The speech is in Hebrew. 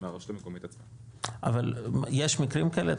מהרשות המקומית עצמה אבל יש מקרים כאלה?